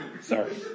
Sorry